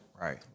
Right